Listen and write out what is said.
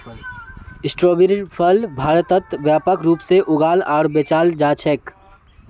स्ट्रोबेरीर फल भारतत व्यापक रूप से उगाल आर बेचाल जा छेक